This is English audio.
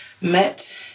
met